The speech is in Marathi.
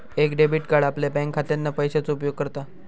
एक डेबिट कार्ड आपल्या बँकखात्यातना पैशाचो उपयोग करता